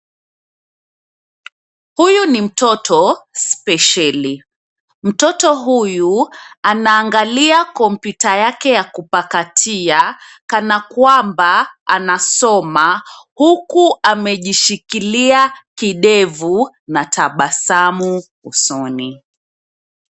Huyu ni mtoto spesheli. Mtoto huyu anaangalia kompyuta yake ya kupakatia kana kwamba anasoma huku amejisikilia kidevu na tabasamu usoni.